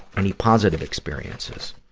any positive experiences?